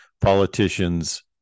politicians